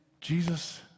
Jesus